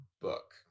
book